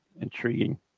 intriguing